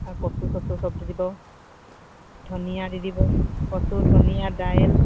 আৰু কচু চচু চব দি দিব ধনিয়া দি দিব কচু ধনিয়া দাইল